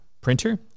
printer